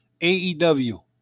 AEW